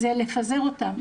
שזה לפזר אותם.